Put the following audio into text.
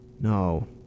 No